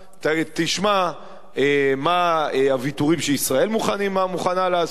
תשמע מה הוויתורים שישראל מוכנה לעשות.